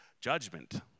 judgment